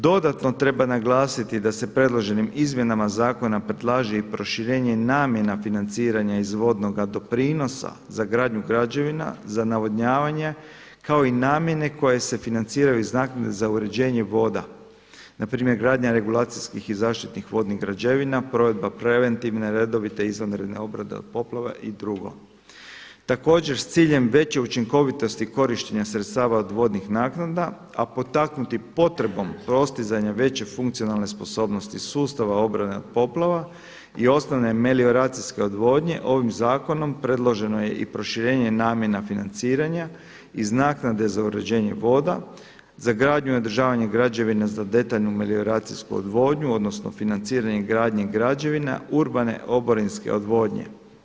Dodatno treba naglasiti da se predloženim izmjenama zakona predlaže i proširenje i namjena financiranja iz vodnoga doprinosa za gradnju građevina, za navodnjavanje kao i namjene koje se financiraju iz naknade za uređenje voda npr. gradnja regulacijskih i zaštitnih vodnih građevina, provedba preventivne, redovite, izvanredne obrade od poplava i drugo, također s ciljem veće učinkovitosti korištenja sredstava od vodnih naknada a potaknuti potrebom postizanja veće funkcionale sposobnosti sustava obrane od poplava i osnovne melioracijske odvodnje, ovim zakonom predloženo je i proširenje namjena financiranja iz naknade za uređenje voda, za gradnju i održavanje građevina za detaljnu melioracijsku odvodnju, odnosno financiranje gradnje građevina, urbane oborinske odvodnje.